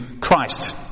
Christ